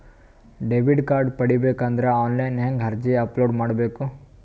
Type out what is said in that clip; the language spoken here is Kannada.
ಡೆಬಿಟ್ ಕಾರ್ಡ್ ಪಡಿಬೇಕು ಅಂದ್ರ ಆನ್ಲೈನ್ ಹೆಂಗ್ ಅರ್ಜಿ ಅಪಲೊಡ ಮಾಡಬೇಕು?